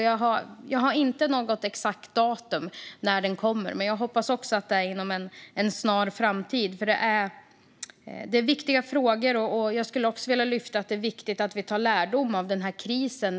Jag har inget exakt datum för när den kommer, men jag hoppas också att det blir inom en snar framtid eftersom det är viktiga frågor. Jag vill också lyfta fram att det är viktigt att vi tar lärdom av pandemikrisen.